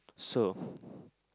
so